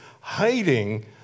hiding